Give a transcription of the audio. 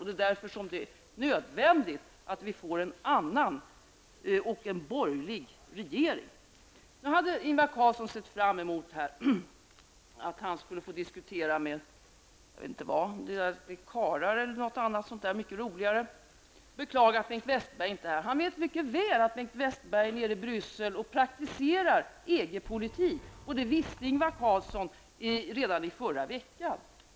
Det är därför det är nödvändigt att vi får en annan, en borgerlig regering. Nu hade Ingvar Carlsson tydligen sett fram emot att få diskutera med någon som är roligare än jag -- jag vet inte om han avsåg att det borde vara en karl. Han beklagade att Bengt Westerberg inte är här. Ingvar Carlsson vet mycket väl att Bengt Westerberg är nere i Bryssel och praktiserar EG politik. Det visste Ingvar Carlsson redan i förra veckan.